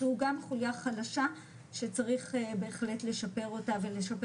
שהוא גם חוליה חלשה שצריך בהחלט לשפר אותה ולשפר